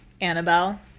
Annabelle